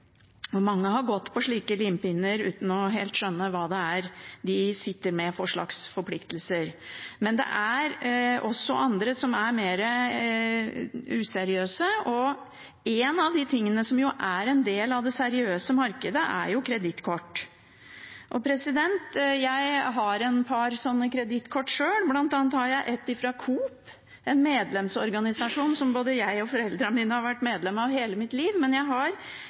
vanskelig. Mange har gått på slike limpinner uten helt å skjønne hva det er for slags forpliktelser de sitter med. Men det er også andre som er mer useriøse. En av de tingene som er en del av det seriøse markedet, er kredittkort. Jeg har et par sånne kredittkort sjøl, bl.a. har jeg et fra Coop, en medlemsorganisasjon som både jeg og foreldrene mine har vært medlem av hele livet. Men jeg har